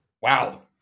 Wow